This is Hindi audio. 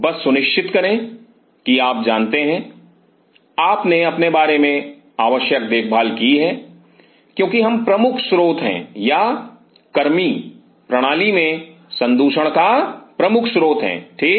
बस सुनिश्चित करें कि आप जानते हैं आपने अपने बारे में आवश्यक देखभाल की है क्योंकि हम प्रमुख स्रोत हैं या कर्मी प्रणाली में संदूषण का प्रमुख स्रोत हैं ठीक